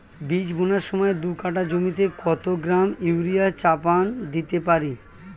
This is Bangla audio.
বীজ বোনার সময় দু কাঠা জমিতে কত গ্রাম ইউরিয়া চাপান দিতে পারি?